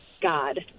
god